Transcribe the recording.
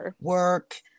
work